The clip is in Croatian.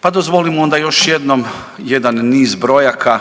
Pa dozvolimo onda još jednom jedan niz brojaka,